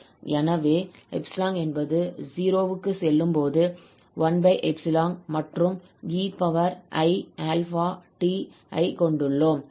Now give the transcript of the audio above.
எனவே 𝜖 என்பது 0 க்கு செல்லும் போது 1 மற்றும் 𝑒𝑖𝛼𝑡 𝑑𝑡 ஐ கொண்டுள்ளோம்